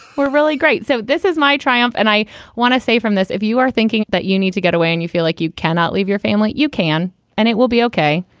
we're really great. so this is my triumph. and i want to say from this, if you are thinking that you need to get away and you feel like you cannot leave your family, you can and it will be ok.